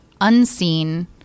unseen